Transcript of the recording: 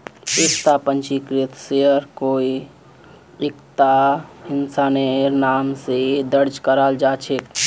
एकता पंजीकृत शेयर कोई एकता इंसानेर नाम स दर्ज कराल जा छेक